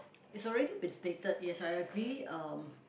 it's already been stated yes I agree um